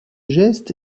geste